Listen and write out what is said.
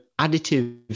additive